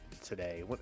Today